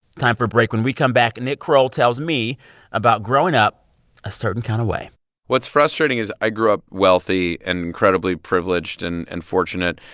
time for a break. when we come back, nick kroll tells me about growing up a certain kind of way what's frustrating is i grew up wealthy and incredibly privileged and and fortunate.